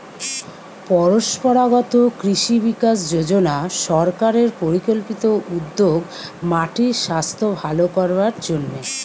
পরম্পরাগত কৃষি বিকাশ যজনা সরকারের পরিকল্পিত উদ্যোগ মাটির সাস্থ ভালো করবার জন্যে